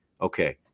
okay